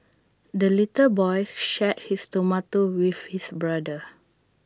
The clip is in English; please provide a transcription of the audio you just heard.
the little boy shared his tomato with his brother